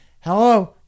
hello